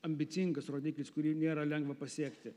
ambicingas rodiklis kurį nėra lengva pasiekti